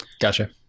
gotcha